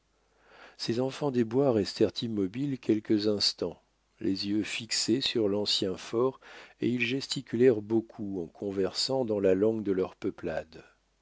ces enfants des bois restèrent immobiles quelques instants les yeux fixés sur l'ancien fort et ils gesticulèrent beaucoup en conversant dans la langue de leur peuplade